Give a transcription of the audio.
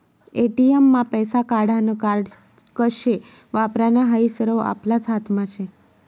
ATM मा पैसा काढानं कार्ड कशे वापरानं हायी सरवं आपलाच हातमा शे